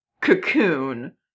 cocoon